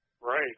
right